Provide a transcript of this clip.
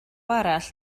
arall